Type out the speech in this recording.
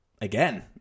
again